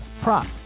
prop